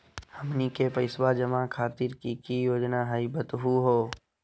हमनी के पैसवा जमा खातीर की की योजना हई बतहु हो?